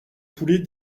poulet